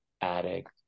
addict